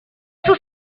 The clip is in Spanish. sus